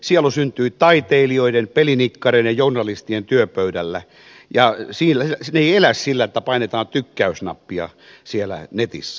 sielu syntyy taiteilijoiden pelinikkareiden journalistien työpöydällä ja ne eivät elä sillä että painetaan tykkäysnappia netissä